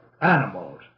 animals